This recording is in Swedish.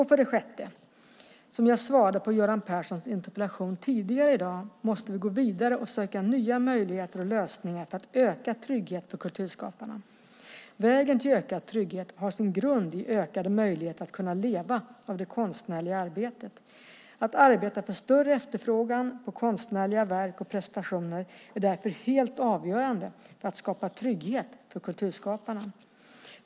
För det sjätte: Som jag svarade på Göran Perssons interpellation tidigare i dag måste vi gå vidare och söka nya möjligheter och lösningar för att öka tryggheten för kulturskaparna. Vägen till ökad trygghet har sin grund i ökade möjligheter att kunna leva av det konstnärliga arbetet. Att arbeta för större efterfrågan på konstnärliga verk och prestationer är därför helt avgörande för att skapa trygghet för kulturskaparna.